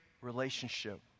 relationship